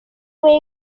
fuego